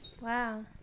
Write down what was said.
Wow